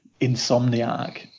insomniac